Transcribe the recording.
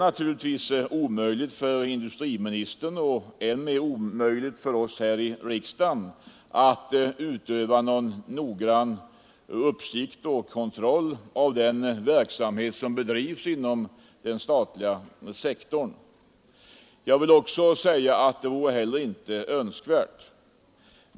Naturligtvis är det omöjligt för industriministern och än mer omöjligt för oss här i riksdagen att utöva någon noggrann uppsikt över och kontroll av den verksamhet som bedrivs inom den statliga företagssektorn, och det vore heller inte önskvärt.